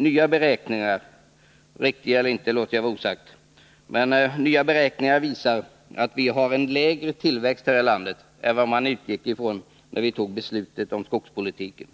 Nya beräkningar — om de är riktiga eller inte låter jag var osagt — visar att vi här i landet har en lägre tillväxt än vad vi utgick från när vi fattade beslutet om skogspolitiken.